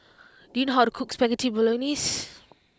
do you know how to cook Spaghetti Bolognese